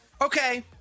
Okay